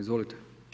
Izvolite.